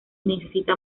necesita